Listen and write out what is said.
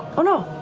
oh no,